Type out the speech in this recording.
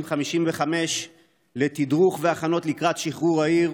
55 לתדרוך והכנות לקראת שחרור העיר,